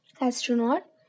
Astronaut